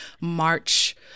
March